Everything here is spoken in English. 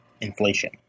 inflation